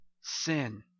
sin